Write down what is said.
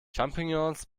champignons